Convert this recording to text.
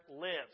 lives